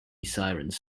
sirens